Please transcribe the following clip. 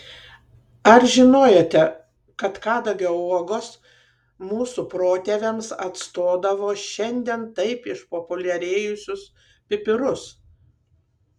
ar žinojote kad kadagio uogos mūsų protėviams atstodavo šiandien taip išpopuliarėjusius pipirus